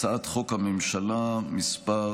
הצעת חוק הממשלה מס'